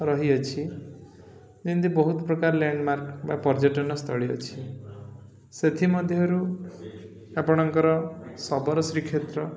ରହିଅଛି ଯେମିତି ବହୁତ ପ୍ରକାର ଲେଣ୍ଡମାର୍କ ବା ପର୍ଯ୍ୟଟନସ୍ଥଳୀ ଅଛି ସେଥିମଧ୍ୟରୁ ଆପଣଙ୍କର ଶବର ଶ୍ରୀକ୍ଷେତ୍ର